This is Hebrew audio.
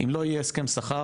אם לא יהיה הסכם שכר,